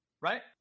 right